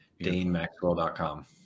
DaneMaxwell.com